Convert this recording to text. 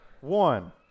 one